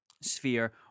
sphere